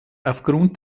aufgrund